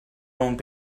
going